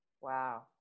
Wow